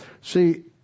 See